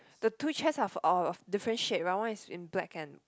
the two chairs are of are of different shape and one is in black and